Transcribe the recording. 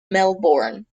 melbourne